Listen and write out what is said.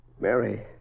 Mary